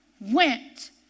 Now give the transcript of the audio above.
went